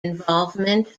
involvement